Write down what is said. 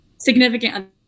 significant